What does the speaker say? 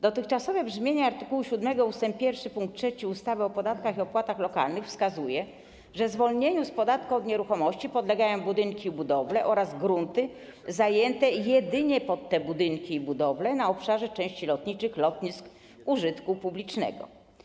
Dotychczasowe brzmienie art. 7 ust. 1 pkt 3 ustawy o podatkach i opłatach lokalnych wskazuje, że zwolnieniu z podatku od nieruchomości podlegają budynki i budowle oraz grunty zajęte jedynie pod budynki i budowle na obszarze części lotniczych lotnisk użytku publicznego.